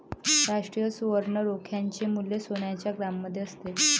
राष्ट्रीय सुवर्ण रोख्याचे मूल्य सोन्याच्या ग्रॅममध्ये असते